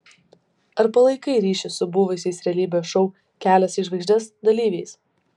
ar palaikai ryšį su buvusiais realybės šou kelias į žvaigždes dalyviais